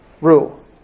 rule